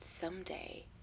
someday